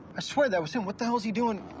i swear that was him. what the hell is he doing.